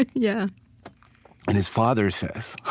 yeah and his father says,